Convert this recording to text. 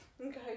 Okay